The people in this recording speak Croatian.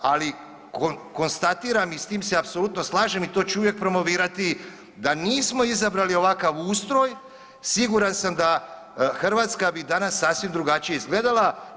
Ali konstatiram i sa time se apsolutno slažem i to ću uvijek promovirati da nismo izabrali ovakav ustroj siguran sam da Hrvatska bi danas sasvim drugačije izgledala.